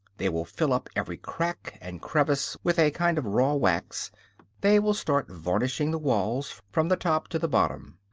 they will fill up every crack and crevice with a kind of raw wax they will start varnishing the walls, from the top to the bottom.